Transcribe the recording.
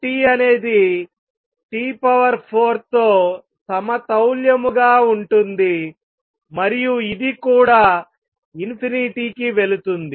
uT అనేది T4 తో సమతౌల్యము గా ఉంటుంది మరియు ఇది కూడా కి వెళుతుంది